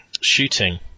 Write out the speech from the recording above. shooting